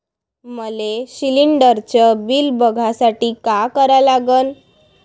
मले शिलिंडरचं बिल बघसाठी का करा लागन?